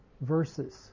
verses